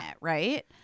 right